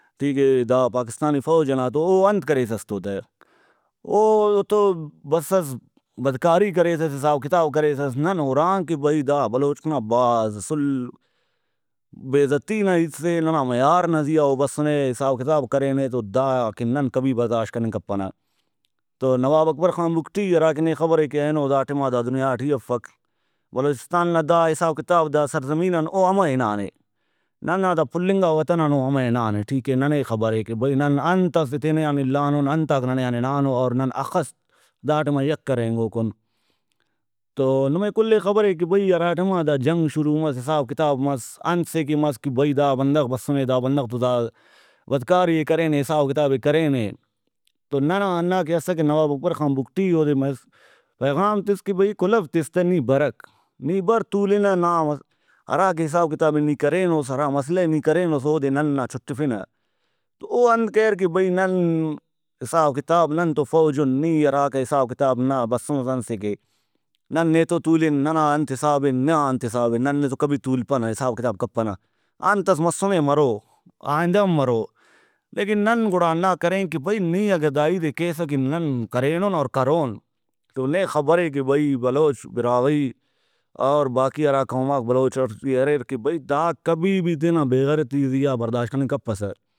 ٹھیک اے دا پاکستانی فوج ئنا تو او انت کریسس تو تہ او تو بسس بد کاری کریسس حساب کریسس نن ہُران کہ بھئی دا بلوچ نا بھاز اسُل بے عزتی نا ہیت سے ننا معیار نا زیہا او بسُنے حساب کتاب کرینے تو دا کہ نن کبھی برداشت کننگ کپنہ تو نواب اکبر خان بگٹی ہراکہ نے خبرے کہ اینو دا ٹائما دا دنیا ٹی افک بلوچستان نا دا حساب کتاب دا سر زمین آن او ہمہ ہنانے ننا دا پھلنگا وطن آن او ہمہ ہنانے ٹھیک اے ننے خبرے کہ بھئی نن انت سے تینے آن اِلانُن انتاک ننے آن ہنانو اور نن ہخس دا ٹائما یکہ رہینگوکُن تو نمے کلے خبرے کہ بھئی ہرا ٹائما دا جنگ شروع مس حساب کتاب مس انت سے کہ مس کہ بھئی دا بندغ بسُنے دا بندغ تو دا بدکاری ئے کرینے حساب کتابے کرینے تو نن ہنا کہ اسکہ نواب اکبر خان بُگٹی اودے پیغام تس کہ بھئی کُلو تس تہ نی برَک نی بر تُولنہ نا ہراکہ حساب کتابے نی کرینُس ہرا مسئلہ ئے نی کرینس اودے نن نا چُٹفنہ تو انت کریر کہ بھئی نن حساب کتاب نن تو فوج اُن نی ہراکا حساب کتاب نا بسُنس انتسے کہ نن نیتو تولن ننا انت حسابے نا انت حسابے نن نیتو کبھی تولپنہ حساب کتاب کپنہ انتس مسُنے مرو آئندہ ہم مرو لیکن نن گڑا ہنا کرین کہ بھئی نی اگہ داہیتے کیسہ کہ نن کرینُن اور کرون تو نے خبرے کہ بھئی بلوچ براہوئی اور باقی ہرا قوماک بلوچ اٹ بھی اریر کہ بھئی دا کبھی بھی تینا بے غیرتی ئے زیہا برداشت کننگ کپسہ